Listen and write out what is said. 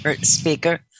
speaker